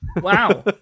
Wow